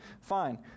Fine